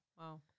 Wow